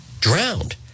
drowned